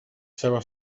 seva